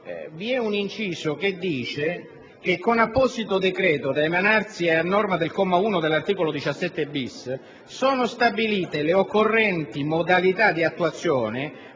un inciso secondo cui «con apposito decreto da emanarsi a norma del comma 1 dell'articolo 17-*bis*, sono stabilite le occorrenti modalità di attuazione,